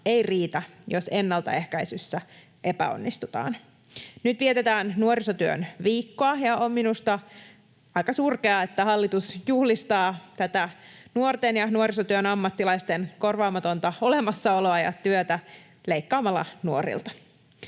ei riitä, jos ennaltaehkäisyssä epäonnistutaan. Nyt vietetään nuorisotyön viikkoa, ja on minusta aika surkeaa, että hallitus juhlistaa tätä nuorten ja nuorisotyön ammattilaisten korvaamatonta olemassaoloa ja työtä leikkaamalla nuorilta.